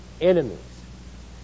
enemies